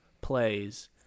plays